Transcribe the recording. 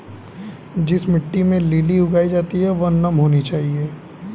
जिस मिट्टी में लिली उगाई जाती है वह नम होनी चाहिए